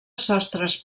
sostres